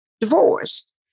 divorced